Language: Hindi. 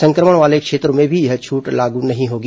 संक्रमण वाले क्षेत्रों में भी यह छूट लागू नहीं होगी